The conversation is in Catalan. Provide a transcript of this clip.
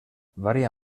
varia